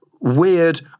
weird